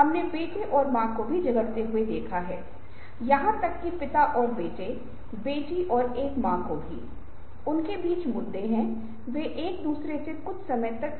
यह एक ऐसी चीज है जिस पर हम प्रकाश डालेंगे जब हम चित्र ग्रंथों और संगीत के संबंध को देखते हैं तो समग्र पक्ष जो अगले कुछ वर्गों में काम करेगा लेकिन ये भी प्रासंगिक हैं